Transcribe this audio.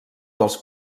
dels